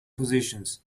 positions